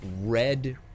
red